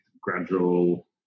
gradual